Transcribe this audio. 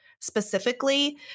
specifically